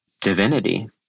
divinity